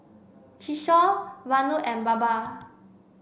Kishore Vanu and Baba